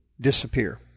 disappear